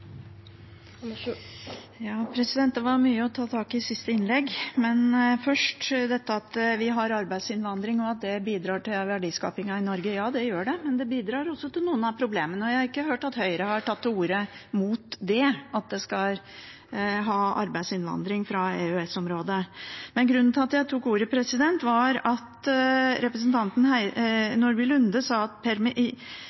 Ja, det gjør det, men det bidrar også til noen av problemene. Jeg har ikke hørt at Høyre har tatt til orde mot at vi skal ha arbeidsinnvandring fra EØS-området. Grunnen til at jeg tok ordet, var at representanten